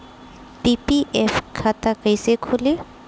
PPF खाता कैसे खुली?